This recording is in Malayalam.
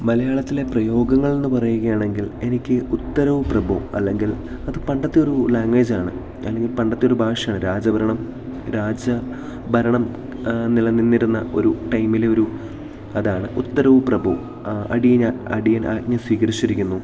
മലയാളത്തിലെ പ്രയോഗങ്ങൾ എന്നു പറയുകയാണെങ്കിൽ എനിക്ക് ഉത്തരവ് പ്രഭോ അല്ലെങ്കിൽ അത് പണ്ടത്തെ ഒരു ലാഗ്വേജാണ് അല്ലെങ്കിൽ പണ്ടത്തെയൊരു ഭാഷയാണ് രാജഭരണം രാജ ഭരണം നിലനിന്നിരുന്ന ഒരു ടൈമിൽ ഒരു അതാണ് ഉത്തരവ് പ്രഭോ അടിയൻ അടിയൻ ആഞ്ജ സ്വീകരിച്ചിരിക്കുന്നു